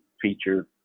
feature